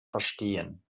verstehen